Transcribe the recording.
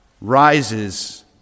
rises